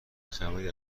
خبری